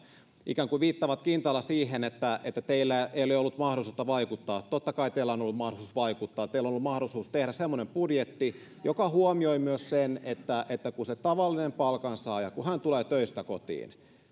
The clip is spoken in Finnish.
ikään kuin viittaavat kintaalla siihen siten että teillä ei ole ollut mahdollisuutta vaikuttaa totta kai teillä on ollut mahdollisuus vaikuttaa teillä on ollut mahdollisuus tehdä semmoinen budjetti joka huomioi myös sen että että se tavallinen palkansaaja kun hän tulee töistä kotiin ja